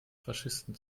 faschisten